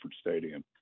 Stadium